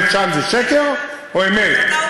שאתה אוהב להלל את עצמך,